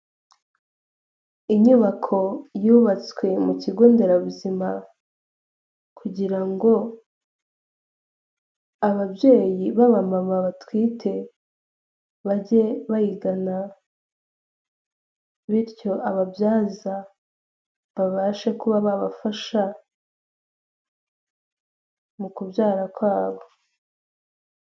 Inyubako yubatswe mu kigo nderabuzima, kugira ngo ababyeyi b'abamama batwite, bajye bayigana, bityo ababyaza babashe kuba babafasha, mu kubyara kw'abo.